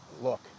look